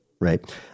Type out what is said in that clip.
right